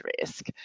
risk